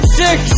six